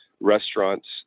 restaurants